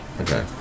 Okay